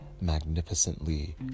magnificently